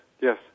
yes